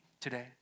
today